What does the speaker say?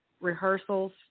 rehearsals